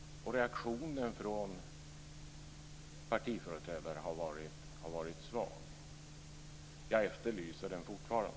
Reaktionen från partiföreträdare har varit svag. Jag efterlyser den fortfarande.